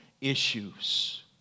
issues